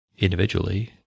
individually